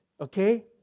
okay